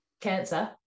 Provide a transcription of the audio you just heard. cancer